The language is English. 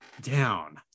down